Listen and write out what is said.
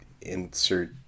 insert